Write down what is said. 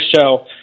show